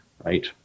right